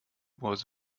was